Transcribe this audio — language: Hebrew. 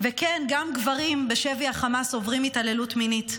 כן, גם גברים בשבי החמאס עוברים התעללות מינית,